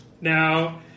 now